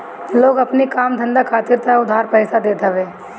लोग अपनी काम धंधा खातिर तअ उधार पइसा लेते हवे